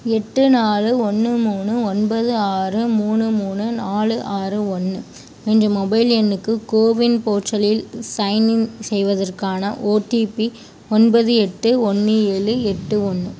எட்டு நாலு ஒன்று மூணு ஒன்பது ஆறு மூணு மூணு நாலு ஆறு ஒன்று என்ற மொபைல் எண்ணுக்கு கோவின் போர்ட்டலில் சைன்இன் செய்வதற்கான ஓடிபி ஒன்பது எட்டு ஒன்று ஏழு எட்டு ஒன்று